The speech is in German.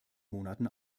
monaten